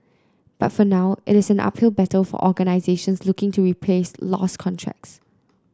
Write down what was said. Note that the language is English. but for now it is an uphill battle for organisations looking to replace lost contracts